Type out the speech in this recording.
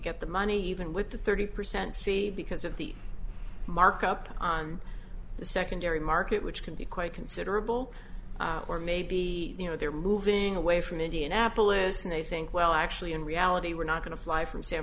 get the money even with the thirty percent c because of the markup on the secondary market which can be quite considerable or may be you know they're moving away from indianapolis and they think well actually in reality we're not going to fly from san